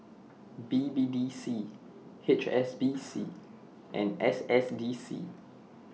B B D C H S B C and S S D C